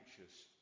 anxious